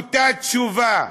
אותה תשובה: